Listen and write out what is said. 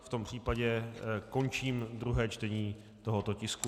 V tom případě končím druhé čtení tohoto tisku.